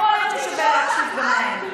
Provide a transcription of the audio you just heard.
יכול להיות ששווה להקשיב גם להם.